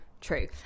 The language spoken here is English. True